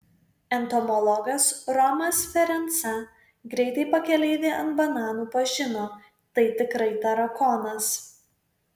entomologas romas ferenca greitai pakeleivį ant bananų pažino tai tikrai tarakonas